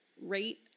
rate